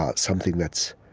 ah something that's,